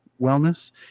wellness